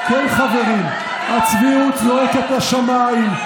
כן, כן, חברים, הצביעות זועקת לשמיים.